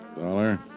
Dollar